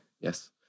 yes